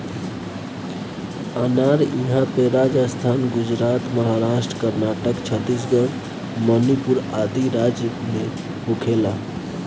अनार इहां पे राजस्थान, गुजरात, महाराष्ट्र, कर्नाटक, छतीसगढ़ मणिपुर आदि राज में होखेला